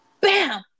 bam